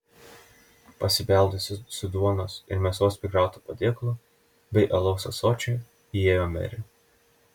pasibeldusi su duonos ir mėsos prikrautu padėklu bei alaus ąsočiu įėjo merė